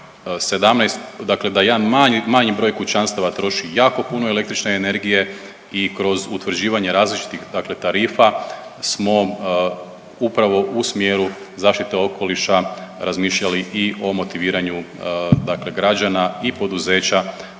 da jedan manji broj kućanstava troši jako puno električne energije i kroz utvrđivanje različitih, dakle tarifa smo upravo u smjeru zaštite okoliša razmišljali i o motiviranju, dakle građana i poduzeća